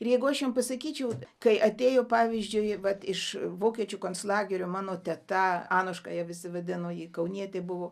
ir jeigu aš jum pasakyčiau kai atėjo pavyzdžiui vat iš vokiečių konclagerio mano teta anuška visi vadino ji kaunietė buvo